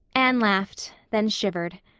anne laughed then shivered.